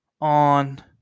on